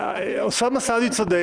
אוסמה סעדי צודק,